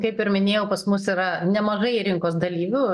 kaip ir minėjau pas mus yra nemažai rinkos dalyvių